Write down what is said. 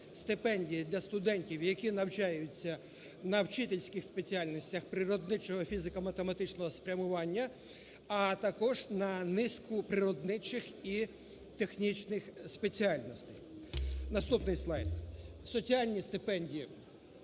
стипендії для студентів, які навчаються на вчительських спеціальностях природничого і фізико-математичного спрямування, а також на низку природничих і технічних спеціальностей. Наступний слайд. Соціальні стипендії,